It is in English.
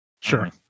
sure